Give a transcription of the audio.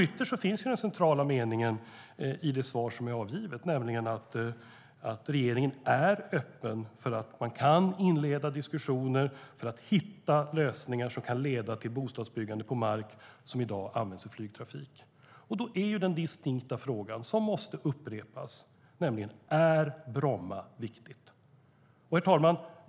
Ytterst finns den centrala meningen i det svar som är avgivet, nämligen att regeringen är öppen för att inleda diskussioner för att hitta lösningar som kan leda till bostadsbyggande på mark som i dag används för flygtrafik. Då är den distinkta frågan som måste upprepas: Är Bromma viktigt? Herr talman!